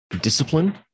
discipline